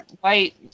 white